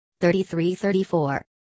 33-34